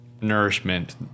nourishment